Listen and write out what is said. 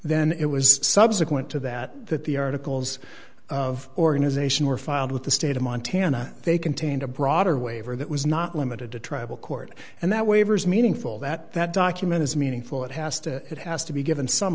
then it was subsequent to that that the articles of organization were filed with the state of montana they contained a broader waiver that was not limited to tribal court and that waivers meaningful that that document is meaningful it has to it has to be given some